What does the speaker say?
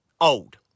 old